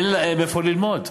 אין להם איפה ללמוד.